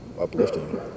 uplifting